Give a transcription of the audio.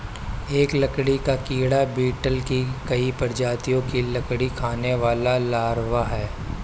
एक लकड़ी का कीड़ा बीटल की कई प्रजातियों का लकड़ी खाने वाला लार्वा है